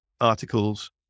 articles